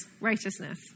righteousness